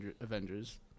Avengers